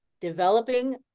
developing